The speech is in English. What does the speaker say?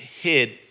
hid